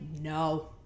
No